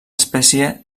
espècie